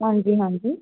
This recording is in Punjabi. ਹਾਂਜੀ ਹਾਂਜੀ